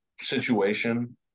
situation